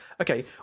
Okay